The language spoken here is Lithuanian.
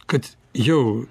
kad jau